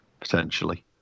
potentially